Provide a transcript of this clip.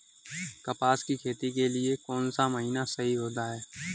कपास की खेती के लिए कौन सा महीना सही होता है?